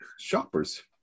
Shoppers